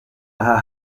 aha